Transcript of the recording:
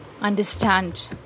understand